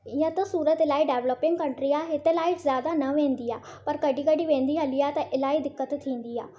इअं त सूरत इलाही डेवलपिंग कंट्री आहे हिते लाइट्स ज्यादा न वेंदी आहे पर कॾहिं कॾहिं वेंदी हली आहे त इलाही दिक़त थींदी आहे